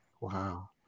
Wow